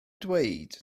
dweud